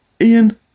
Ian